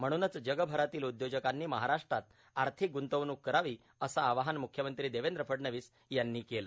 म्हणूनच जगभरातील उद्योजकांनी महाराष्ट्रात आर्थिक गुंतवणूक करावी असे आवाहन म्ख्यमंत्री देवेंद्र फडणवीस यांनी केले